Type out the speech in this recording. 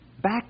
back